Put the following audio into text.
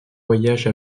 voyage